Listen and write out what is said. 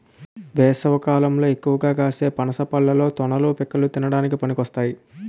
వేసవికాలంలో ఎక్కువగా కాసే పనస పళ్ళలో తొనలు, పిక్కలు తినడానికి పనికొస్తాయి